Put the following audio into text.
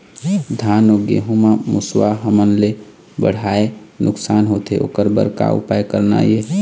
धान अउ गेहूं म मुसवा हमन ले बड़हाए नुकसान होथे ओकर बर का उपाय करना ये?